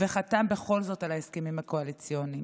וחתם בכל זאת על ההסכמים הקואליציוניים.